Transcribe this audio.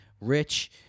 Rich